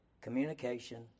communication